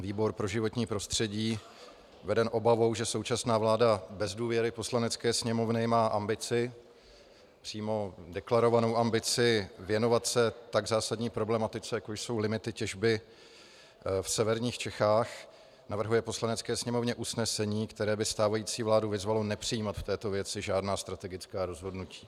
Výbor pro životní prostředí, veden obavou, že současná vláda bez důvěry Poslanecké sněmovny má ambici přímo deklarovanou ambici věnovat se tak zásadní problematice, jako jsou limity těžby v severních Čechách, navrhuje Poslanecké sněmovně usnesení, které by stávající vládu vyzvalo nepřijímat k této věci žádná strategická rozhodnutí.